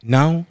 Now